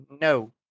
No